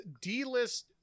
d-list